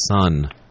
son